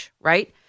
right